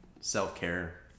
self-care